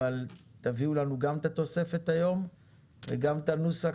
אבל תביאו לנו גם את התוספת היום וגם את הנוסח